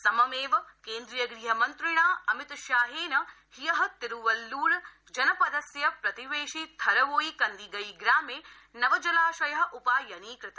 सममेव केन्द्रीयगृहमन्त्रिणा अमितशाहेन द्य तिरूवल्ल्र जनपदस्य प्रतिवेशि थरवोई कंदिगई ग्रामे नव जलाशय उपायनीकृत